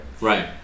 Right